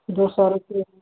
दो सौ रुपये